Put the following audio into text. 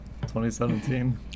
2017